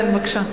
כן, בבקשה.